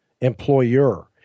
employer